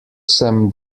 sem